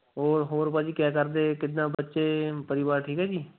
ਹੋਰ ਹੋਰ ਭਾ ਜੀ ਕਿਆ ਕਰਦੇ ਕਿੱਦਾਂ ਬੱਚੇ ਪਰਿਵਾਰ ਠੀਕ ਆ ਜੀ